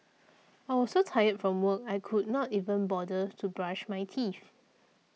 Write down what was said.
I was so tired from work I could not even bother to brush my teeth